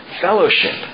fellowship